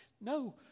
No